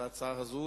את ההצעה הזאת,